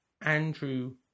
Andrew